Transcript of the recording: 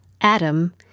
Adam